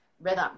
rhythm